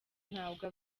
ntabwo